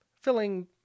filling